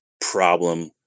problem